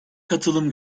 katılım